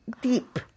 deep